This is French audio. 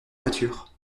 voiture